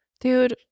dude